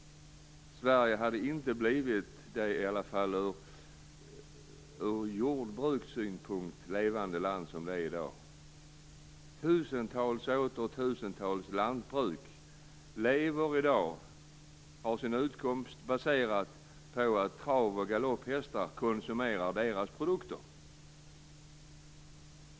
Sverige skulle inte vara det ur i alla fall jordbrukssynpunkt levande land som det är i dag. Tusentals lantbruk har i dag sin utkomst baserad på att travoch galopphästar konsumerar deras produkter.